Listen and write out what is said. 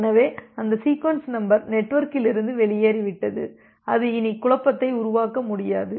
எனவே அந்த sequence number நெட்வொர்க்கிலிருந்து வெளியேறிவிட்டது அது இனி குழப்பத்தை உருவாக்க முடியாது